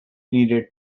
needed